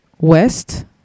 west